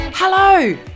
Hello